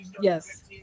Yes